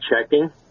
checking